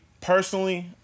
personally